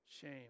shame